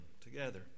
Together